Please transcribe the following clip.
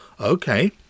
Okay